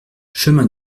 chemin